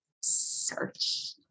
search